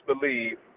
believe